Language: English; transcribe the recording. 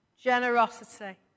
generosity